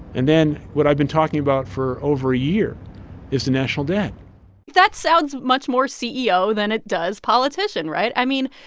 and then what i've been talking about for over a year is the national debt that sounds much more ceo than it does politician, right? i mean,